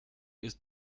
ist